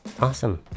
Awesome